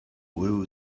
will